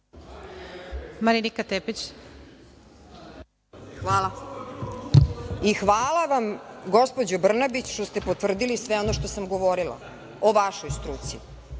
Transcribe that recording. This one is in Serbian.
**Marinika Tepić** Hvala. Hvala vam, gospođo Brnabić, što ste potvrdili sve ono što sam govorila o vašoj struci,